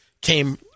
came